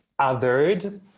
othered